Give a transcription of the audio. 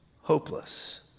hopeless